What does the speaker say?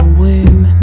womb